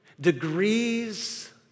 degrees